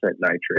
nitrate